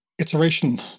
iteration